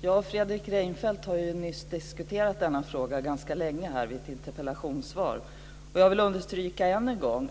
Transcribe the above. talman! Fredrik Reinfeldt har ju nyss diskuterat denna fråga ganska länge i samband med ett interpellationssvar. Jag vill än en gång understryka